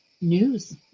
news